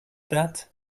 that